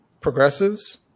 progressives